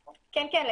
כן, כן.